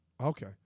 Okay